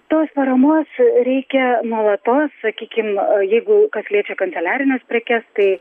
tos paramos reikia nuolatos sakykim jeigu kas liečia kanceliarines prekes tai